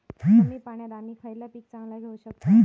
कमी पाण्यात आम्ही खयला पीक चांगला घेव शकताव?